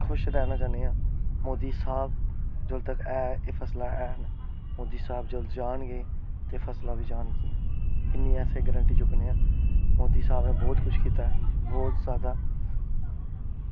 खुश रहना चाहिदा मोदी साह्ब जिन्ने तक्क ऐ एह् फसला हैन मोदी साह्ब जब जानगे ते एह् फसलां बी जानगियां इन्नी अस गारंटी चुक्कनै आं मोदी साह्ब नै बहुत कुछ कीता बहुत जादा